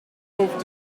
over